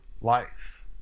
life